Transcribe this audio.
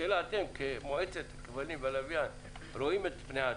השאלה היא: אתם כמועצת כבלים והלוויין רואים את פני העתיד?